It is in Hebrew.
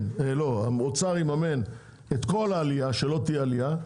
האוצר יממן את כל העלייה, שלא תהיה עלייה.